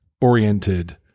oriented